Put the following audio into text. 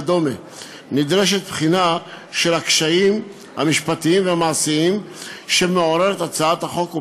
לכן נדרשת בחינה של הקשיים המשפטיים והמעשיים שהצעת החוק מעוררת